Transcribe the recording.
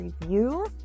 review